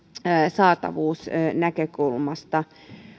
saatavuusnäkökulmasta